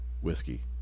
whiskey